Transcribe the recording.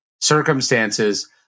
circumstances